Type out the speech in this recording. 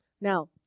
Now